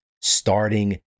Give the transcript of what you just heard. starting